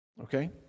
okay